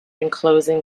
enclosing